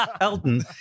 Elton